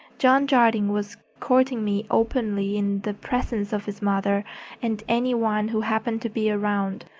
john jardine was courting me openly in the presence of his mother and any one who happened to be around.